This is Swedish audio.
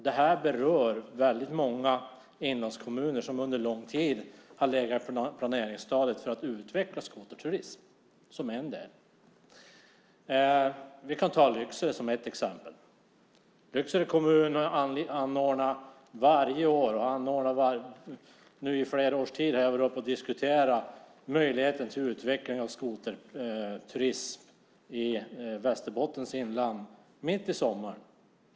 Det här berör många inlandskommuner som under lång tid har legat i planeringsstadiet för att utveckla skoterturism. Vi kan ta Lycksele som ett exempel. Lycksele kommun har i flera års tid diskuterat möjligheten att utveckla skoterturismem i Västerbottens inland mitt i sommaren.